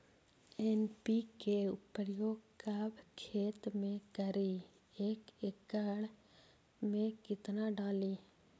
NPK प्रयोग कब खेत मे करि एक एकड़ मे कितना डाली?